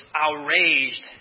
outraged